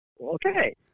Okay